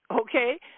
okay